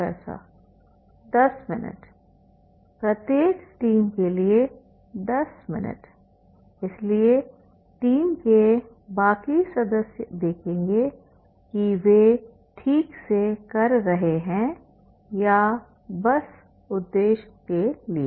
professor 10 minute प्रत्येक team के लिए 10 मिनट इसलिए टीम के बाकी सदस्य देखेंगे कि वे ठीक से कर रहे हैं या बस उस उद्देश्य के लिए